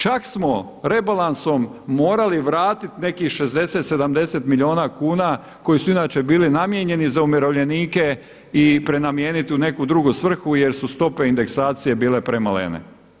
Čak smo rebalansom morali vratiti nekih 60, 70 milijuna kuna koji su inače bili namijenjeni za umirovljenike i prenamijeniti u neku drugu svrhu jer su stope indeksacije bile premalene.